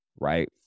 right